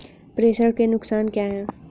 प्रेषण के नुकसान क्या हैं?